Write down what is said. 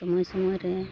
ᱥᱚᱢᱚᱭ ᱥᱚᱢᱚᱭ ᱨᱮ